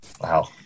Wow